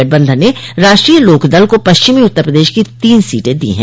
गठबंधन ने राष्ट्रीय लोकदल को पश्चिमी उत्तर प्रदेश की तीन सीटें दी हैं